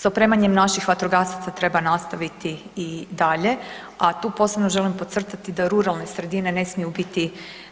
Sa opremanjem naših vatrogasaca treba nastaviti i dalje, a tu posebno želim podcrtati da ruralne sredine ne smiju biti